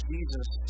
Jesus